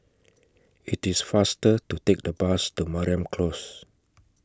IT IS faster to Take The Bus to Mariam Close